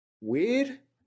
weird